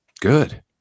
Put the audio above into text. Good